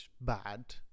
bad